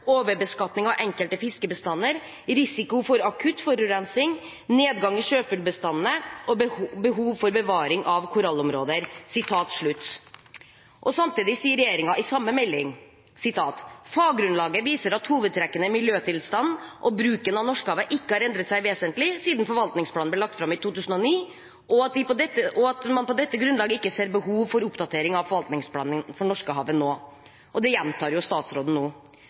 overbeskatning av enkelte fiskebestander, risiko for akutt forurensning, nedgang i sjøfuglbestandene og behov for bevaring av korallområder.» Samtidig sier regjeringen i samme melding: «Faggrunnlaget viser at hovedtrekkene i miljøtilstand og bruken av Norskehavet ikke har endret seg vesentlig siden forvaltningsplanen ble lagt fram i 2009. Regjeringen mener på grunnlag av dette at det ikke er behov for oppdatering av forvaltningsplanen for Norskehavet nå.» Det gjentar statsråden nå, og jeg må si at det